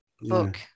book